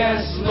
Yes